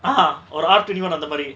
ah ஒரு:oru art even அந்தமாரி:anthamari